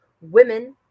women